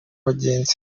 abagenzi